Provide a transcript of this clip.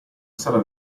sala